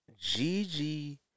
Gigi